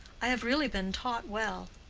i have really been taught well.